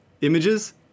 images